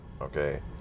Okay